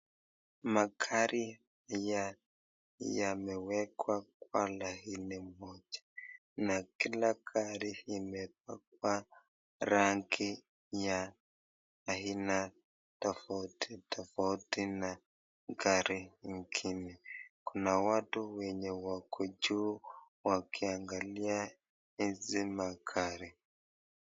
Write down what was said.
Magari yamewekwa kwa laini moja, na kila gari imepakwa rangi ya aina tofauti tofauti na gari ingine, kuna watu wenye wako juu wakiangalia hizi magari.